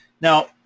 Now